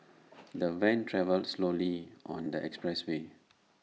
the van travelled slowly on the expressway